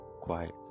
quiet